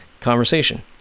conversation